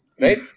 Right